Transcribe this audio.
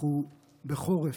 אנחנו בחורף.